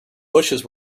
bushes